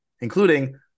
including